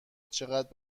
چقد